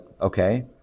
okay